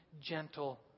gentle